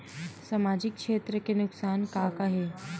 सामाजिक क्षेत्र के नुकसान का का हे?